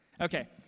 Okay